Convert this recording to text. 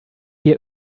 hier